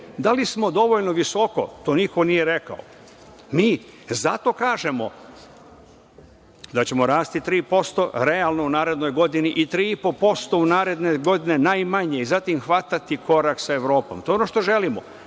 Da li smo dovoljno visoko, to niko nije rekao. Mi zato kažemo da ćemo rasti 3% realno u narednoj godini i 3,5% u naredne godine najmanje, a zatim hvatati korak sa Evropom. To je ono što želimo. Ako